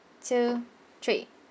two three